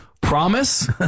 Promise